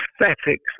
aesthetics